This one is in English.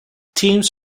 teams